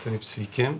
taip sveiki